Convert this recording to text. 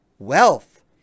Wealth